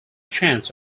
chants